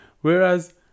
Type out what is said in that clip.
whereas